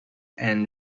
and